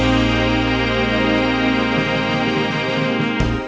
and